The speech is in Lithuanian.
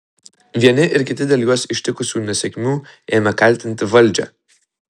ir vieni ir kiti dėl juos ištikusių nesėkmių ėmė kaltinti valdžią